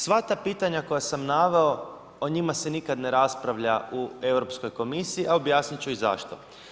Sva ta pitanja koja sam naveo o njima se nikad ne raspravlja u Europskoj komisiji, a objasnit ću i zašto.